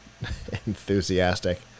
enthusiastic